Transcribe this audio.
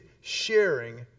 sharing